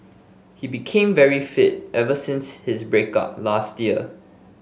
he became very fit ever since his break up last year